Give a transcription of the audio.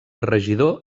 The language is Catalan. regidor